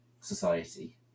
society